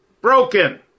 broken